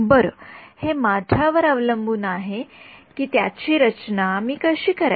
बरं हे माझ्यावर अवलंबून आहे की कि त्याची रचना कशी करायची